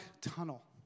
tunnel